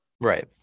Right